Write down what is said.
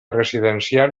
residencial